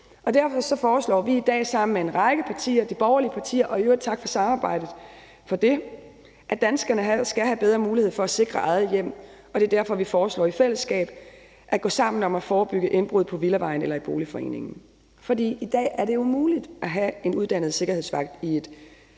Derfor foreslår vi i dag sammen med en række partier, de borgerlige partier – og i øvrigt tak for samarbejdet om det – at danskerne skal have bedre mulighed for at sikre eget hjem, og det er derfor, vi foreslår i fællesskab at gå sammen om at forebygge indbrud på villavejen eller i boligforeningen. I dag er det jo muligt at have en uddannet sikkerhedsvagt i et